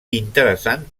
interessant